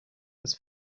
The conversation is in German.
das